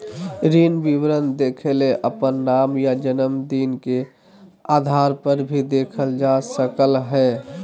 ऋण विवरण देखेले अपन नाम या जनम दिन के आधारपर भी देखल जा सकलय हें